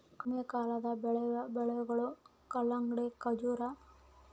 ಕಡಿಮೆಕಾಲದಾಗ ಬೆಳೆವ ಬೆಳೆಗಳು ಕಲ್ಲಂಗಡಿ, ಕರಬೂಜ, ಸವತೇಕಾಯಿ ಮೇವಿನ ಬೆಳೆಗಳು ಬೇಸಿಗೆ ಬೆಳೆಗಳು